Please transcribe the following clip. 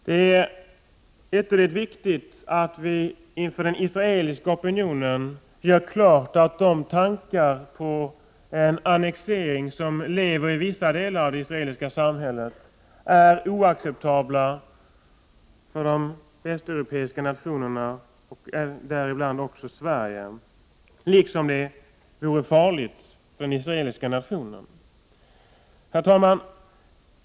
Det är ytterligt viktigt att vi gör klart för den israeliska opinionen att de tankar på en annektering som finns i vissa delar av det israeliska samhället är oacceptabla för de västeuropeiska nationerna, däribland Sverige, och också farliga för den israeliska nationen. Herr talman!